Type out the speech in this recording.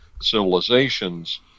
civilizations